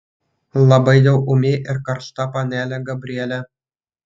labai jau ūmi ir karšta panelė gabrielė